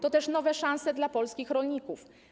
To też nowe szanse dla polskich rolników.